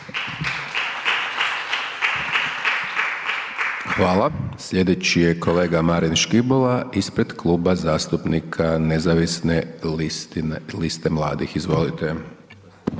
Hvala. Sljedeći je kolega Marin Škibola ispred Kluba zastupnika Nezavisne liste mladih. Izvolite.